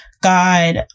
God